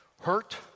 hurt